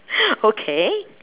okay